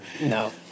No